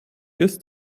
ist